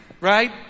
right